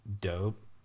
dope